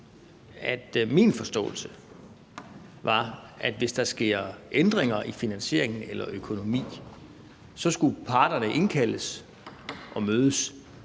Min forståelse var, at hvis der sker ændringer i finansieringen eller i økonomien, skulle parterne indkaldes og mødes.